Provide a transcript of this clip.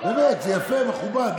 זה באמת יפה, מכובד.